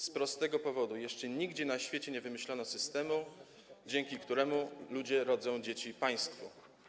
Z prostego powodu: jeszcze nigdzie na świecie nie wymyślono systemu, dzięki któremu ludzie rodzą dzieci państwu.